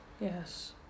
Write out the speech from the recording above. Yes